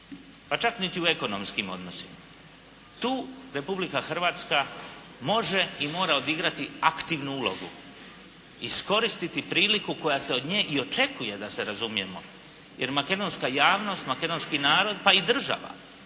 pa čak niti u ekonomskim odnosima. Tu Republika Hrvatska može i mora odigrati aktivnu ulogu, iskoristiti priliku koja se od nje i očekuje da se razumijemo, jer makedonska javnost, makedonski narod pa i država